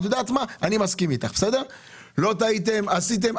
את יודעת מה, אני מסכים איתך לא טעיתם, עשיתם.